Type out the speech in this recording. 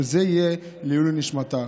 שזה יהיה לעילוי נשמתה.